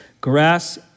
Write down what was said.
Grass